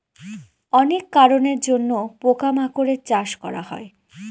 অনেক কারনের জন্য পোকা মাকড়ের চাষ করা হয়